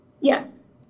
Yes